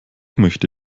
möchte